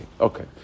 Okay